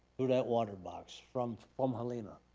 that water box from from helena,